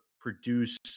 produce